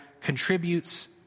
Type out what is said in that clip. contributes